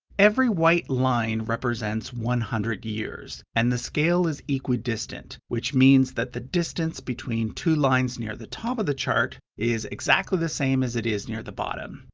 every white line represents one hundred years and the scale is equidistant, which means that the distance between two lines near the top of the chart is exactly same as it is near the bottom.